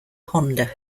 honda